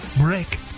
break